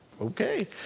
okay